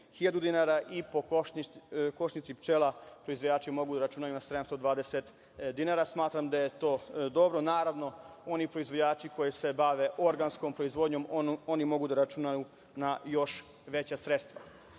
i po košnici pčela proizvođači mogu da računaju na 720 dinara. Smatram da je to dobro. Naravno, oni proizvođači koji se bave organskom proizvodnjom, oni mogu da računaju na još veća sredstva. Prema